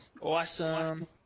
Awesome